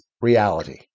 reality